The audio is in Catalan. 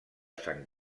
sant